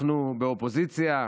אנחנו באופוזיציה,